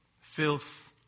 filth